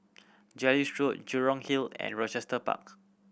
Jellicoe Road Jurong Hill and Rochester Park